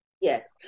Yes